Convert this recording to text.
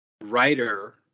writer